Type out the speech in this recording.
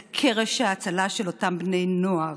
זה קרש ההצלה של אותם בני נוער